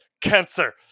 cancer